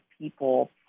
people